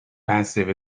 passive